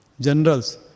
generals